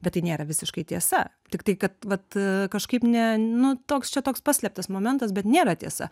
bet tai nėra visiškai tiesa tiktai kad vat kažkaip ne nu toks čia toks paslėptas momentas bet nėra tiesa